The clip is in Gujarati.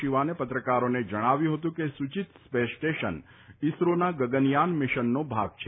શિવાને પત્રકારોને જણાવ્યું હતું કે સુચિત સ્પેસ સ્ટેશન ઇસરોના ગગન યાન મીશનનો ભાગ છે